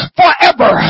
forever